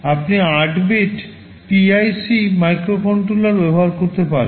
আপনি 8 bit PIC microcontroller ব্যবহার করতে পারেন